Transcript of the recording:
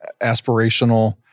aspirational